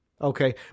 okay